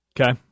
Okay